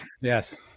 yes